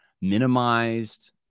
minimized